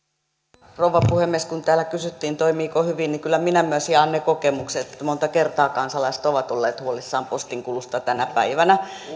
arvoisa rouva puhemies kun täällä kysyttiin toimiiko hyvin niin kyllä minä myös jaan ne kokemukset että monta kertaa kansalaiset ovat olleet huolissaan postinkulusta tänä päivänä